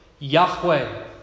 Yahweh